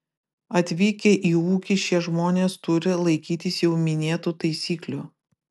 atvykę į ūkį šie žmonės turi laikytis jau minėtų taisyklių